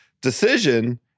decision